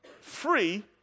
free